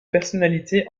personnalité